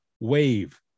wave